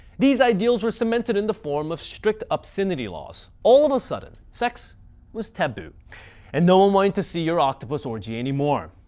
these ideals were cemented in the form of strict obscenity laws. all of a sudden, sex was taboo and no one wanted to see your octopus orgy anymore.